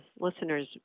listeners